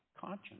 conscience